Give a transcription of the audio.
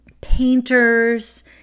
painters